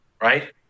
right